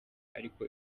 ariko